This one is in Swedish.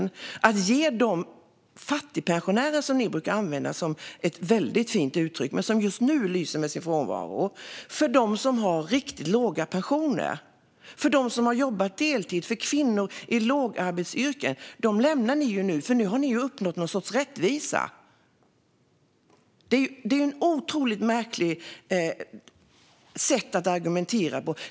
Ni brukar använda fattigpensionärer som ett väldigt fint uttryck, men just nu lyser det med sin frånvaro. De som har riktigt låga pensioner, de som har jobbat deltid och kvinnor i låglöneyrken lämnar ni nu, för ni har uppnått någon sorts rättvisa. Det är ett otroligt märkligt sätt att argumentera.